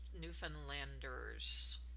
Newfoundlanders